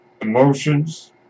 emotions